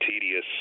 tedious